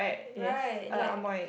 right like